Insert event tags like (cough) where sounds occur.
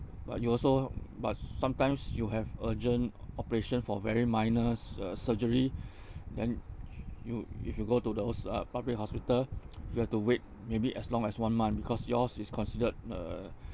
but you also but sometimes you have urgent operation for very minor sur~ surgery (breath) then you if you go to the (noise) uh public hospital (noise) you have to wait maybe as long as one month because yours is considered uh (breath)